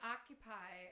Occupy